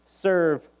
serve